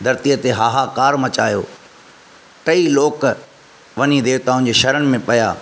धरतीअ ते हाहाकार मचायो अथई लोक वञी देवताऊं जे शरण में पिया